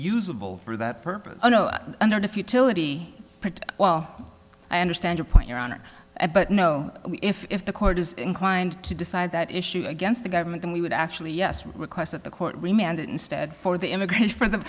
usable for that purpose under the futility well i understand your point but no if the court is inclined to decide that issue against the government then we would actually yes request that the court and instead for the immigrants for the